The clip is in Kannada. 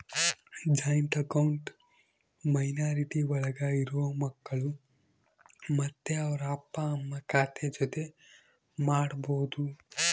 ಜಾಯಿಂಟ್ ಅಕೌಂಟ್ ಮೈನಾರಿಟಿ ಒಳಗ ಇರೋ ಮಕ್ಕಳು ಮತ್ತೆ ಅವ್ರ ಅಪ್ಪ ಅಮ್ಮ ಖಾತೆ ಜೊತೆ ಮಾಡ್ಬೋದು